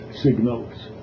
signals